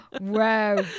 Wow